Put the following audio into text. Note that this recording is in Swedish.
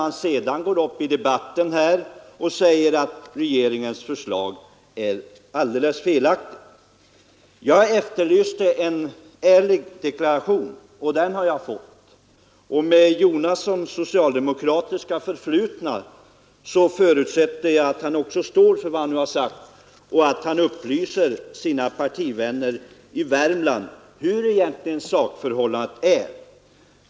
Men sedan går man upp bl.a. i riksdagsdebatter och säger att regeringens förslag är alldeles felaktigt. Jag efterlyste en ärlig deklaration, och den har jag fått. Med tanke på herr Jonassons socialdemokratiska förflutna förutsätter jag att han också står för vad han nu har sagt och att han upplyser sina partivänner i Värmland hur egentligen sakförhållandet är.